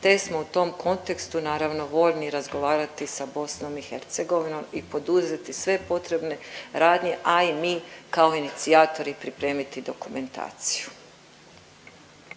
te smo u tom kontekstu naravno voljni razgovarati sa BiH i poduzeti sve potrebne radnje, a i mi kao inicijatori pripremiti dokumentaciju.